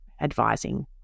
advising